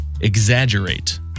exaggerate